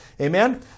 Amen